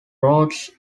rhodes